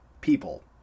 people